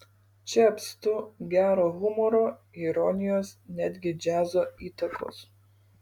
čia apstu gero humoro ironijos netgi džiazo įtakos